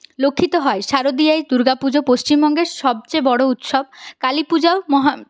লক্ষিত হয় শারদীয়ায় দুর্গা পুজো পশ্চিমবঙ্গের সবচেয়ে বড় উৎসব কালী পূজাও